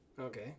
Okay